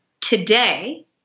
today